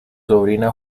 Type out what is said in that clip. sobrina